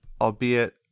albeit